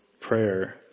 Prayer